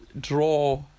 draw